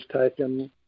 taken